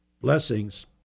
Blessings